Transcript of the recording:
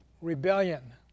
rebellion